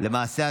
למעשה,